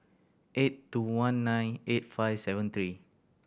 eight two one nine eight five seven three